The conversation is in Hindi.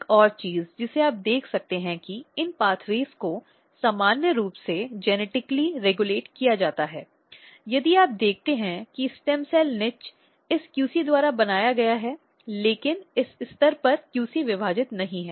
एक और चीज जिसे आप देख सकते हैं कि इन पाथवेज को सामान्य रूप से आनुवंशिक रूप से रेगुलेट किया जाता है यदि आप देखते हैं कि स्टेम सेल निच इस QC द्वारा बनाए रखा गया है लेकिन इस स्तर पर QC विभाजित नहीं है